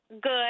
good